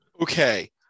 okay